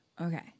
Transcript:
okay